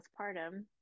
postpartum